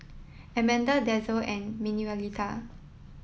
Amanda Denzel and Manuelita